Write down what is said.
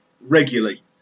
regularly